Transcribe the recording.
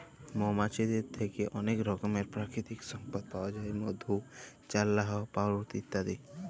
মমাছিদের থ্যাকে অলেক রকমের পাকিতিক সম্পদ পাউয়া যায় মধু, চাল্লাহ, পাউরুটি ইত্যাদি